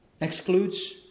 Excludes